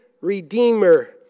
redeemer